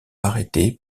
arrêtée